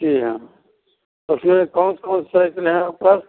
जी हाँ उसमें कौन सी कौन सी साइकिल है आपके पास